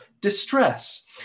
distress